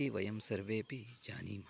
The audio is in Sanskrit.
इति वयं सर्वेपि जानीमः